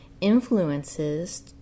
influences